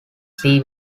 see